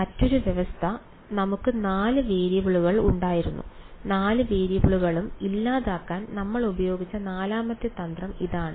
മറ്റൊരു വ്യവസ്ഥ നമുക്ക് നാല് വേരിയബിളുകൾ ഉണ്ടായിരുന്നു നാല് വേരിയബിളുകളും ഇല്ലാതാക്കാൻ നമ്മൾ ഉപയോഗിച്ച നാലാമത്തെ തന്ത്രം ഇതാണ്